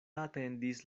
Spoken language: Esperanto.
atendis